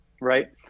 right